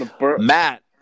Matt